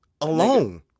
alone